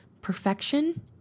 Perfection